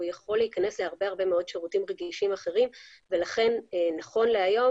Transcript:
הוא יכול להיכנס להרבה הרבה מאוד שירותים רגישים אחרים ולכן נכון להיום